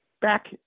back